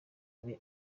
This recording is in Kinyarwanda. ari